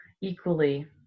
Equally